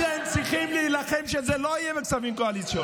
אתם צריכים להילחם שזה לא יהיה בכספים קואליציוניים.